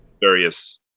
various